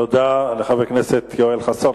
תודה לחבר הכנסת יואל חסון.